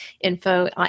info